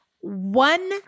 one